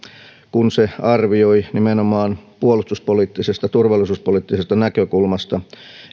kun se arvioi nimenomaan puolustuspoliittisesta turvallisuuspoliittisesta näkökulmasta